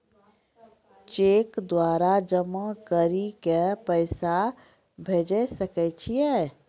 Cheque द्वारा जमा करि के पैसा भेजै सकय छियै?